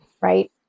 right